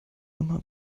immer